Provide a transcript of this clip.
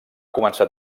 començar